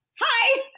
Hi